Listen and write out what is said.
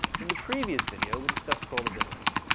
in the previous video, we discussed crawlability.